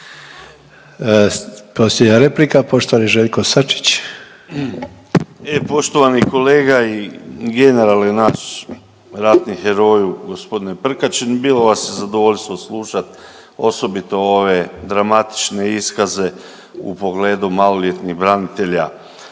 Željko (Hrvatski suverenisti)** E poštovani kolega i generale naš ratni heroju gospodine Prkačin, bilo vas je zadovoljstvo slušati osobito ove dramatične iskaze u pogledu maloljetnih branitelja